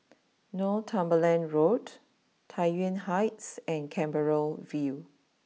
Northumberland Road Tai Yuan Heights and Canberra view